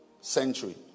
century